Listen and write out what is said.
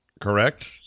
correct